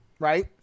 Right